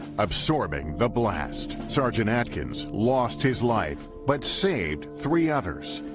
absorbing the blast. sergeant atkins lost his life, but saved three others.